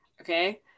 okay